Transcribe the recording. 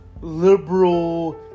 liberal